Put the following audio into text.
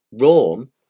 rome